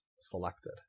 selected